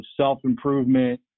self-improvement